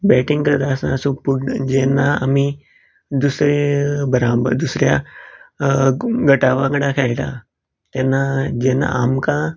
batting करता आसतना सो पूण जेन्ना आमी दुसऱ्यां बराबर दुसऱ्या गटा वांगडा खेळटा जेन्ना आमकां